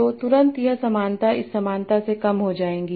तो तुरंत यह समानता इस समानता से कम हो जाएगी